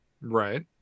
Right